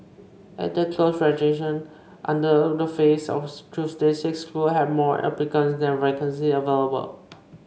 at the close of registration under the phase on Tuesday six schools had more applicants than vacancies available